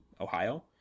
ohio